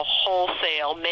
wholesale